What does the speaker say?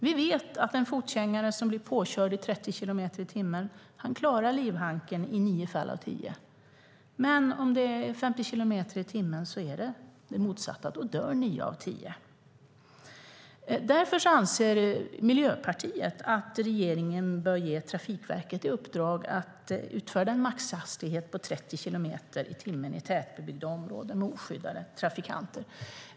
Vi vet att en fotgängare som blir påkörd i 30 kilometer i timmen klarar livhanken i nio fall av tio. Det motsatta gäller om det är 50 kilometer i timmen. Då dör nio av tio. Därför anser Miljöpartiet att regeringen bör ge Trafikverket i uppdrag att utfärda en maxhastighet på 30 kilometer i timmen i tätbebyggda områden med oskyddade trafikanter.